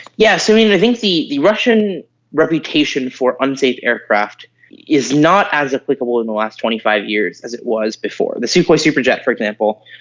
yeah so i think the the russian reputation for unsafe aircraft is not as applicable in the last twenty five years as it was before. the sukhoi superjet, for example,